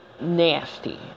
nasty